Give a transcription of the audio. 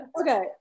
okay